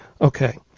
Okay